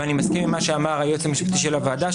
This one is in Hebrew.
ואני מסכים עם מה שאמר היועץ המשפטי של הוועדה,